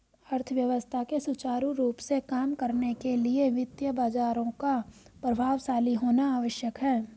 अर्थव्यवस्था के सुचारू रूप से काम करने के लिए वित्तीय बाजारों का प्रभावशाली होना आवश्यक है